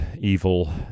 evil